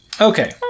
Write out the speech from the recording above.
Okay